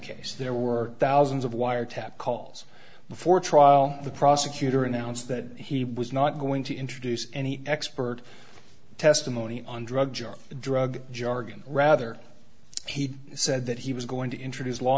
case there were thousands of wiretap calls before trial the prosecutor announced that he was not going to introduce any expert testimony on drugs or drug jargon rather he said that he was going to introduce law